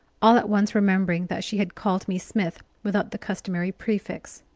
all at once remembering that she had called me smith, without the customary prefix.